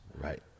Right